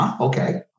Okay